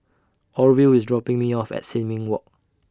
Orville IS dropping Me off At Sin Ming Walk